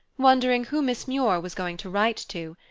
wondering who miss muir was going to write to.